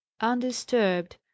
undisturbed